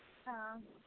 हँ